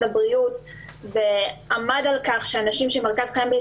הבריאות ועמד על כך שאנשים שמרכז חייהם,